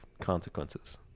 consequences